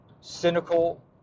cynical